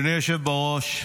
אדוני היושב בראש,